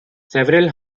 several